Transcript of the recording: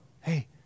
Hey